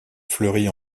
fleurit